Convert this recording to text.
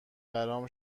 برام